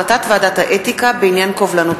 הצעת חוק לתיקון פקודת המכרות (פעולות